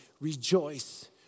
rejoice